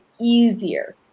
easier